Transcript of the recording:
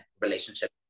relationship